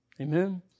Amen